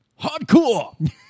Hardcore